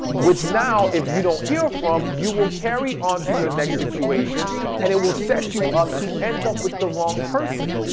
which now if you don't heal from you will carry on to your next situation and it will set you up to end up with the wrong person.